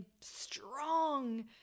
strong